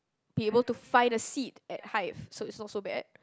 be able to find a seat at hive so it's not so bad